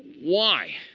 why?